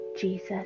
Jesus